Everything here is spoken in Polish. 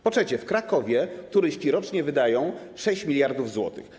Po trzecie, w Krakowie turyści rocznie wydają 6 mld zł.